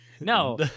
No